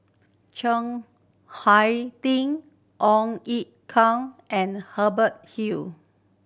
Chiang Hai Ding Ong Ye Kung and Hubert Hill